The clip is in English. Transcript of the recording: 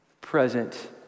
present